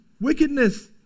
wickedness